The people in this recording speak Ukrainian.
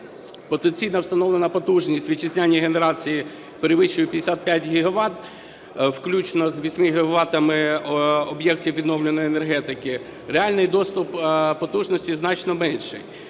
потенційно встановлена потужність вітчизняної генерації перевищує 55 гігават включно з 8 гігаватами об'єктів відновленої енергетики, реальний доступ потужності значно менший.